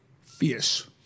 fierce